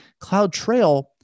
CloudTrail